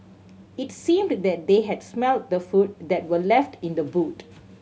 it seemed that they had smelt the food that were left in the boot